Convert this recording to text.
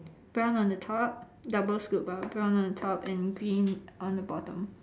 brown on the top double scoop ah brown on the top and green on the bottom